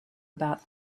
about